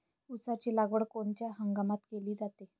ऊसाची लागवड कोनच्या हंगामात केली जाते?